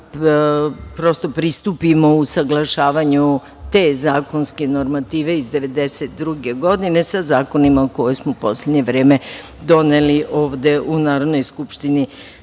prosto pristupimo usaglašavanju te zakonske normative iz 1992. godine sa zakonima koje smo u poslednje vreme doneli ovde u Narodnoj skupštini